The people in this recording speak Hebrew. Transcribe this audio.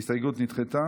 ההסתייגות נדחתה.